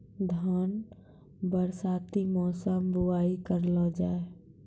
धान बरसाती मौसम बुवाई करलो जा?